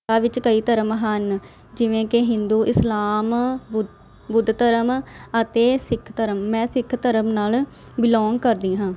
ਪੰਜਾਬ ਵਿੱਚ ਕਈ ਧਰਮ ਹਨ ਜਿਵੇਂ ਕਿ ਹਿੰਦੂ ਇਸਲਾਮ ਬੁੱ ਬੁੱਧ ਧਰਮ ਅਤੇ ਸਿੱਖ ਧਰਮ ਮੈਂ ਸਿੱਖ ਧਰਮ ਨਾਲ ਬਿਲੋਂਗ ਕਰਦੀ ਹਾਂ